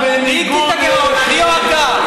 מי הגדיל את הגירעון, אני או אתה?